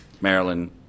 Maryland